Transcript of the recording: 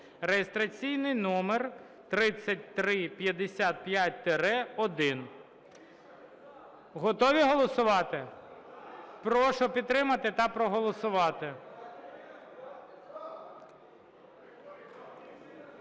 (реєстраційний номер 3355-1). Готові голосувати? Прошу підтримати та проголосувати.